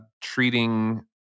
treating